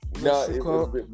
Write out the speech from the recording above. No